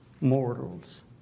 mortals